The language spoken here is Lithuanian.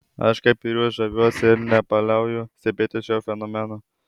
aš kaip ir jūs žaviuosi ir nepaliauju stebėtis šiuo fenomenu